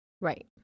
right